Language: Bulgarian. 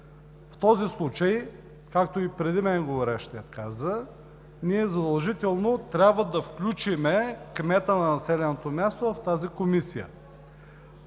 В този случай, както и говорившият преди мен каза, задължително трябва да включим кмета на населеното място в тази комисия.